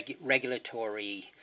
regulatory